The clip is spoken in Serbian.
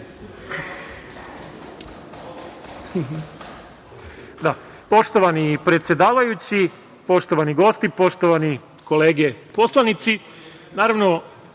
Poštovani predsedavajući, poštovani gosti, poštovane kolege poslanici, naravno